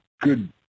good